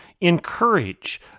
encourage